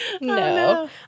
no